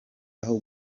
aho